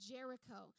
Jericho